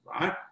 right